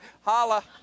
Holla